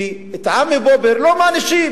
כי לא מענישים